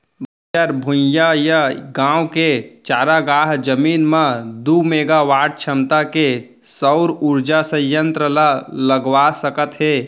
बंजर भुइंयाय गाँव के चारागाह जमीन म दू मेगावाट छमता के सउर उरजा संयत्र ल लगवा सकत हे